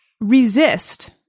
Resist